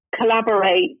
collaborate